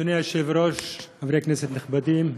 אדוני היושב-ראש, חברי כנסת נכבדים,